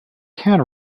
can